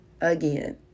again